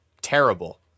terrible